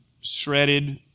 shredded